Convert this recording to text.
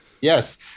Yes